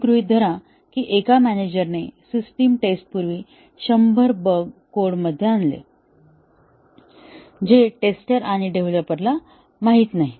असे गृहीत धरा की एका मॅनेजरने सिस्टम टेस्टपूर्वी 100 बग कोडमध्ये आणले जे टेस्टर आणि डेव्हलपर ला माहित नाही